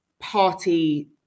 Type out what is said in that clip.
party